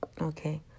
okay